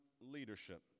leadership